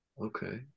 Okay